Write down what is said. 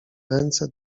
ręce